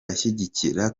ashyigikira